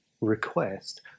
request